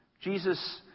Jesus